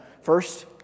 First